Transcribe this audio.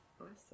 Awesome